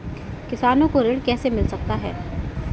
किसानों को ऋण कैसे मिल सकता है?